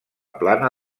plana